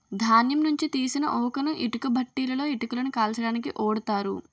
ధాన్యం నుంచి తీసిన ఊకను ఇటుక బట్టీలలో ఇటుకలను కాల్చడానికి ఓడుతారు